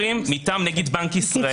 אבל מה לעשות שלחברי כנסת,